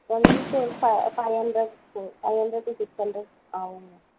one week once ஃப five hundred five hundred to six hundred ஆகும் ma'am